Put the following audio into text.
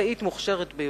בנקאית מוכשרת ביותר,